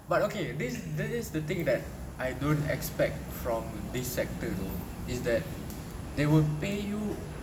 but okay this this is the thing that I don't expect from this sector though is that they will pay you